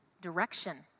direction